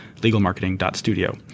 legalmarketing.studio